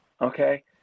Okay